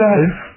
Life